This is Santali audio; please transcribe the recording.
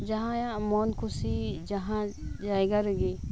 ᱡᱟᱦᱟᱸᱭᱟᱜ ᱢᱚᱱ ᱠᱷᱩᱥᱤ ᱡᱟᱦᱟᱸ ᱡᱟᱭᱜᱟ ᱨᱮᱜᱮ